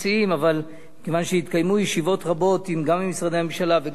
אבל כיוון שהתקיימו ישיבות רבות גם עם משרדי הממשלה וגם עם הוועדה,